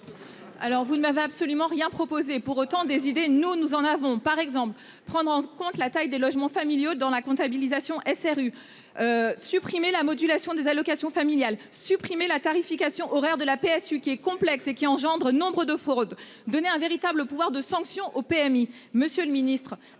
Alors vous ne m'avez absolument rien proposé pour autant des idées. Nous, nous en avons par exemple prendre en compte la taille des logements familiaux dans la comptabilisation SRU. Supprimé la modulation des allocations familiales. Supprimer la tarification horaire de la su qui est complexe et qui engendrent nombre de fourre-tout donner un véritable pouvoir de sanction au PMI. Monsieur le Ministre